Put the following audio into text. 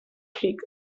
creek